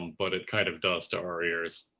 and but it kind of does to our ears.